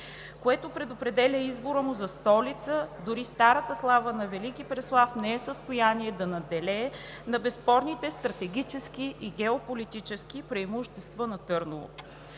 което предопределя избора му за столица, а дори старата слава на Велики Преслав не е в състояние да надделее над безспорните стратегически и геополитически преимущества на Търново.